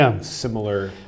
similar